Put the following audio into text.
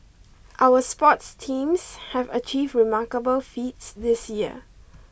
our sports teams have achieved remarkable feats this year